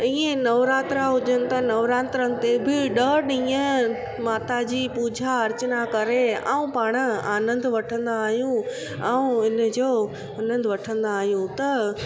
ईंअ नवरात्रा हुजनि त नवरात्रनि ते बि ॾह ॾींहं माता जी पूजा अर्चना करे ऐं पाण आनंद वठंदा आहियूं ऐं हुनजो आनंदु वठंदा आहियूं त